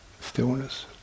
stillness